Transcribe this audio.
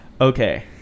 Okay